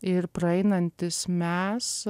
ir praeinantys mes